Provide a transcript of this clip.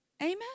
Amen